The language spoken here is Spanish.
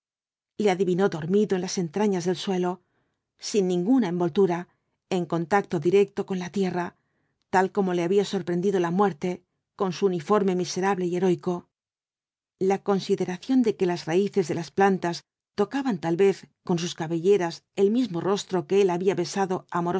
le adivinó dormido en las entrañas del suelo sin ninguna envoltura en contacto directo con la tierra tal como le había sorprendido la muerte con su uniforme miserable y heroico la consideración de que las raíces de las plantas tocaban tal vez con sus cabelleras el mismo rostro que él había besado